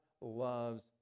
loves